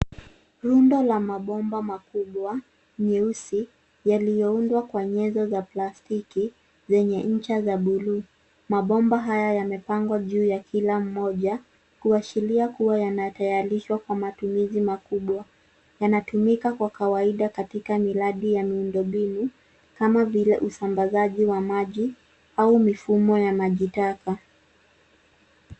Rundo la mabomba makubwa myeusi yaliyoundwa kwa nyenzo za plastiki zenye ncha za bluu. Mabomba haya yamepangwa juu ya kila moja kuashiria kuwa yanatayarishwa kwa matumizi makubwa. Yanatumika kwa kawaida katika miradi ya miundombinu kama vile usambazaji wa maji au mifumo ya maji taka.